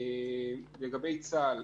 לגבי צה"ל,